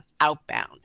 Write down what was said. outbound